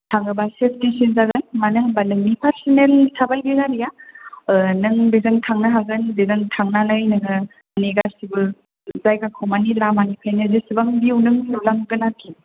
थाङोब्ला सेफटिसिन जागोन मानो होनब्ला नोंनि पार्सनेलनि थाबाय बे गारिया नों बेजों थांनो हागोन बेजों थांनानै नोङो नेगासिनोबो जायगाखौ माने लामानिफ्रायनो जेसेबां बेव नुलांगोन आरोखि